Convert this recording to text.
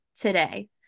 today